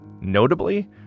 Notably